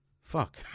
fuck